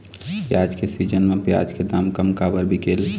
प्याज के सीजन म प्याज के दाम कम काबर बिकेल?